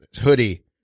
hoodie